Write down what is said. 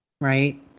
Right